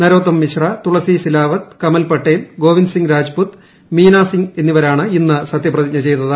നരോത്തം മിശ്ര തുളസി സിലാവത്ത് കമൽ പട്ടേൽ ഗോവിന്ദ്സിംഗ് രജ്പുത് മീനാ സിംഗ് എന്നിവരാണ് ഇന്ന് സത്യപ്രതിജ്ഞ ചെയ്തത്